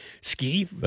Ski